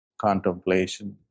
contemplation